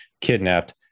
kidnapped